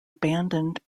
abandoned